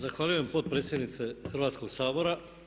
Zahvaljujem potpredsjednice Hrvatskog sabora.